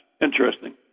interesting